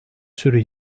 sürü